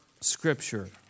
scripture